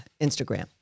Instagram